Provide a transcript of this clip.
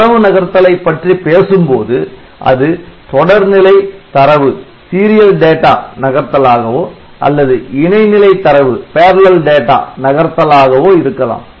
தரவு நகர்த்தலை பற்றி பேசும்போது அது தொடர்நிலை தரவு நகர்த்தலாகவோ அல்லது இணை நிலை தரவு நகர்த்தலாகவோ இருக்கலாம்